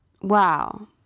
Wow